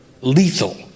lethal